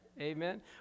amen